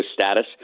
status